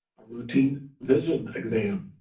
routine vision exam,